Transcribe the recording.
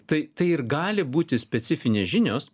tai tai ir gali būti specifinės žinios